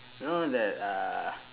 know that uh